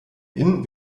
inn